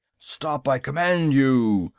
stop, i command you!